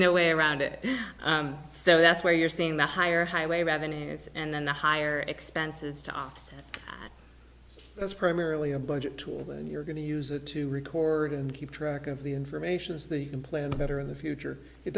no way around it so that's where you're seeing the higher highway revenues and then the higher expenses to offset that's primarily a budget tool and you're going to use it to record and keep track of the information is the employer better in the future it